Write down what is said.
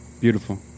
Beautiful